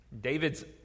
David's